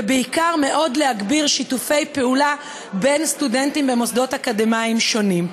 ובעיקר מאוד להגביר שיתופי פעולה בין סטודנטים במוסדות אקדמיים שונים.